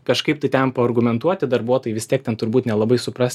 kažkaip tai ten paargumentuoti darbuotojai vis tiek ten turbūt nelabai supras